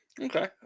Okay